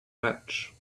much